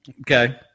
Okay